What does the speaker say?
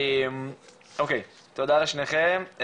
אוקיי, תודה לשניכם.